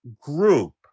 group